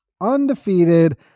Undefeated